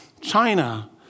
China